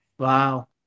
Wow